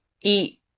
eat